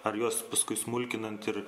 ar juos paskui smulkinant ir